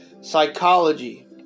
psychology